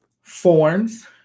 forms